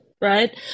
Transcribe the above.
right